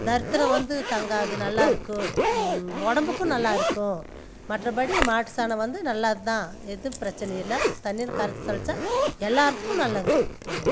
தரித்திரம் வந்து தங்காது நல்லா இருக்கும் உடம்புக்கும் நல்லா இருக்கும் மற்றபடி மாட்டுசாணம் வந்து நல்லதுதான் எதுவும் பிரச்சினை இல்லை தண்ணியில் கரைச்சு தெளித்தா எல்லாேருக்கும் நல்லது